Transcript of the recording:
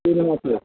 পুরোনো সেট